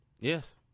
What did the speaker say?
Yes